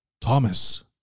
Thomas